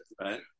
right